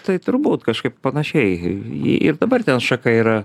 tai turbūt kažkaip panašiai ji ir dabar ten šaka yra